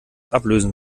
ablösen